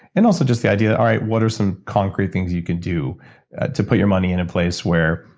and also just the idea, all right what are some concrete things you can do to put your money in a place where.